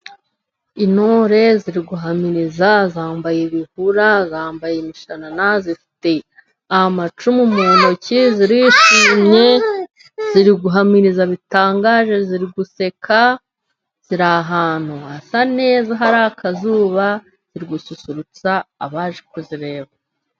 Intore ziriguhamiriza zambaye ibihura, zambaye imishanana, zifite amacumu mu ntoki zirishimye ziri guhamiriza bitangaje. Ziri guseka ziri ahantu hasa neza hari akazuba zirigususurutsa abaje kuzireba.